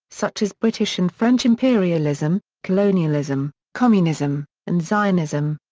such as british and french imperialism, colonialism, communism, and zionism.